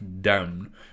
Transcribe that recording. down